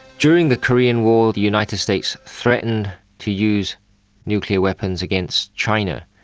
during the korean war the united states threatened to use nuclear weapons against china,